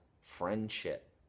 friendship